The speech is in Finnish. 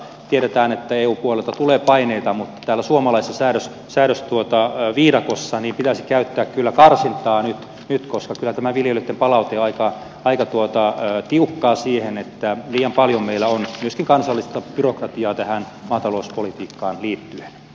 tiedetään että eu puolelta tulee paineita mutta täällä suomalaisessa säädösviidakossa pitäisi käyttää kyllä karsintaa nyt koska kyllä tämä viljelijöitten palaute on aika tiukkaa että liian paljon meillä on myöskin kansallista byrokratiaa maatalouspolitiikkaan liit tyen